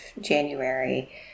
January